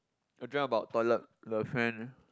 I dreamt about toilet the fan